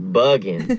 bugging